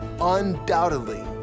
undoubtedly